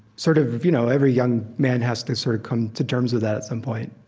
sort of you know, every young man has to sort of come to terms with that at some point.